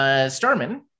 Starman